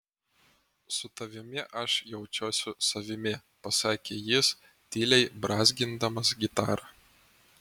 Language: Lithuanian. su tavimi aš jaučiuosi savimi pasakė jis tyliai brązgindamas gitarą